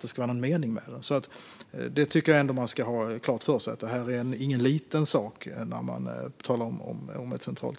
det ska vara någon mening med det. Man ska ha klart för sig att ett centralt register inte är en liten sak.